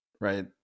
right